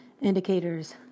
indicators